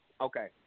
okay